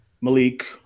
Malik